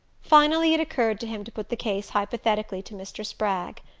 finally it occurred to him to put the case hypothetically to mr. spragg.